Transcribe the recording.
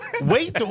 wait